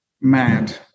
mad